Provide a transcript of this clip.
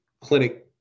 clinic